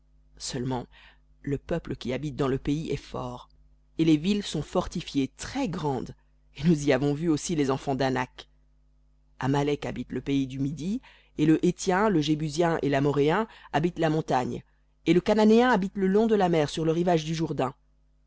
seulement le peuple qui habite dans le pays est fort et les villes sont fortifiées très-grandes et nous y avons vu aussi les enfants danak amalek habite le pays du midi et le héthien le jébusien et l'amoréen habitent la montagne et le cananéen habite le long de la mer et sur le rivage du